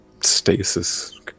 stasis